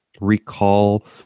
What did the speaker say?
recall